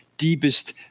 deepest